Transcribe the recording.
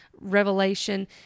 revelation